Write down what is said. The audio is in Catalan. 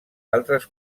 altres